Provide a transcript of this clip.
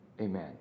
amen